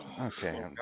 Okay